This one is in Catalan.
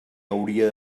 hauria